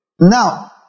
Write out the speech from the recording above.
Now